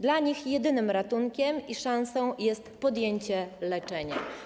Dla nich jedynym ratunkiem i szansą jest podjęcie leczenia.